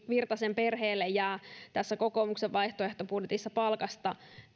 virtasen esimerkkiperheelle jää tässä kokoomuksen vaihtoehtobudjetissa palkasta